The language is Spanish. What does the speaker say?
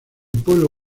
pueblo